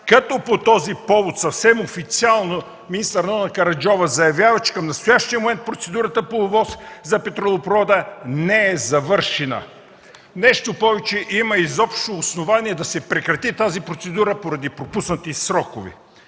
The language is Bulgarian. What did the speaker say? като по този повод съвсем официално министър Нона Караджова заявява, че към настоящия момент процедурата по ОВОС за петролопровода не е завършена. Нещо повече, има основание да се прекрати тази процедура поради пропуснати срокове.